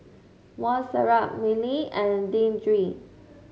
Montserrat Miley and Deandre